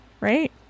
right